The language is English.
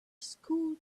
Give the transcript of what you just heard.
school